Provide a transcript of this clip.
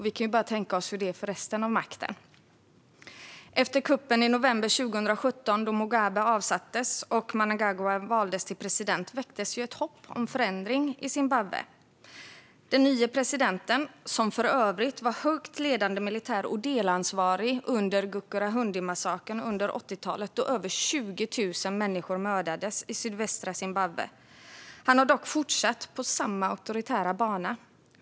Vi kan bara tänka oss hur det är för resten av makten. Efter kuppen i november 2017, då Mugabe avsattes och Mnangagwa valdes till president, väcktes ett hopp om förändring i Zimbabwe. Den nye presidenten - som för övrigt var högt ledande militär och delansvarig vid Gukurahundimassakern på 80-talet, då över 20 000 människor mördades i sydvästra Zimbabwe - har dock fortsatt på samma auktoritära bana.